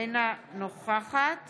אינה נוכחת